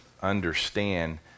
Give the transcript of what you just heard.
understand